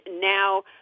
now